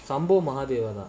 sambal module one ah